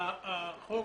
החוק